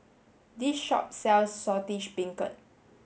this shop sells Saltish Beancurd